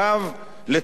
לצורך מה?